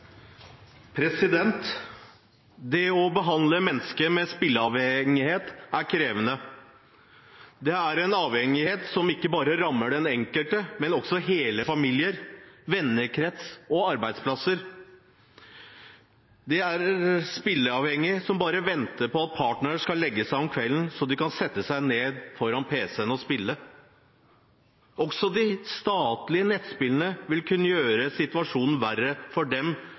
krevende. Det er en avhengighet som ikke bare rammer den enkelte, men også hele familier, vennekretser og arbeidsplasser. Det er spilleavhengige som bare venter på at partneren skal legge seg om kvelden så de kan sette seg ned foran pc-en og spille. Også de statlige nettspillene vil kunne gjøre situasjonen verre for dem